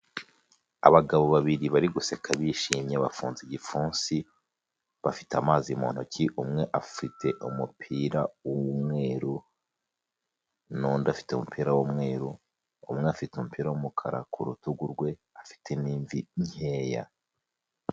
Abagabo babiri bari guseka bishimye bafunze igipfunsi, bafite amazi mu ntoki, umwe afite umupira w'umweru n'undi afite umupira w'umweru, umwe afite umupira w'umukara ku rutugu rwe, afite n'imvi nkeya.